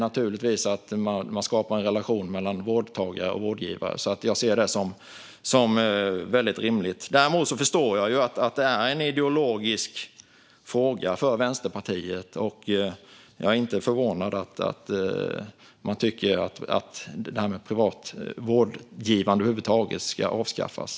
Naturligtvis skapas en relation mellan vårdtagare och vårdgivare, så jag ser det som väldigt rimligt. Däremot förstår jag att det här är en ideologisk fråga för Vänsterpartiet, och jag är inte förvånad över att man tycker att privat vårdgivande över huvud taget ska avskaffas.